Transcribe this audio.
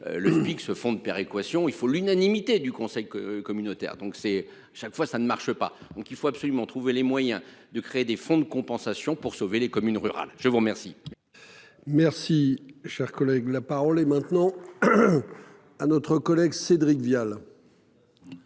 Le pic ce fonds de péréquation. Il faut l'unanimité du Conseil que communautaire. Donc, c'est chaque fois ça ne marche pas, donc il faut absolument trouver les moyens de créer des fonds de compensation pour sauver les communes rurales. Je vous remercie. Merci, cher collègue, la parole est maintenant. À notre collègue Cédric Vial.